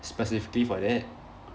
specifically for that